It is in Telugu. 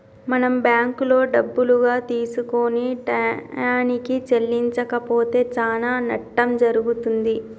మనం బ్యాంకులో డబ్బులుగా తీసుకొని టయానికి చెల్లించకపోతే చానా నట్టం జరుగుతుంది